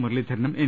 മുരളീധരനും N